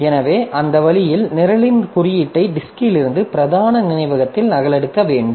எனவே அந்த வழியில் நிரலின் குறியீட்டை டிஸ்க்கிலிருந்து பிரதான நினைவகத்தில் நகலெடுக்க வேண்டும்